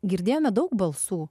girdėjome daug balsų